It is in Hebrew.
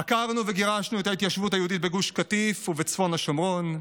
עקרנו וגירשנו את ההתיישבות היהודית בגוש קטיף ובצפון השומרון,